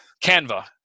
Canva